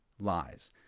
lies